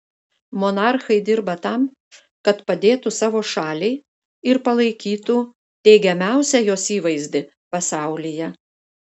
monarchai dirba tam kad padėtų savo šaliai ir palaikytų teigiamiausią jos įvaizdį pasaulyje